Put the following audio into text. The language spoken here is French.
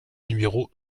numéro